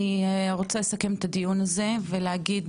אני רוצה לסכם את הדיון הזה ולהגיד